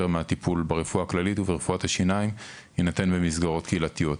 מהטיפול ברפואה הכללית וברפואת השיניים יינתן במסגרות קהילתיות.